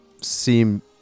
seem